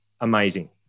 amazing